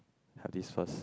have this first